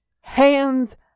Hands